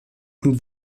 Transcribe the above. und